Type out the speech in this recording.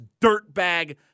dirtbag